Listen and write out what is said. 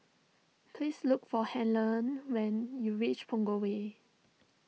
please look for Helen when you reach Punggol Way